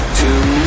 two